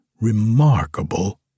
remarkable